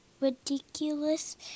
Ridiculous